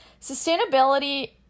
sustainability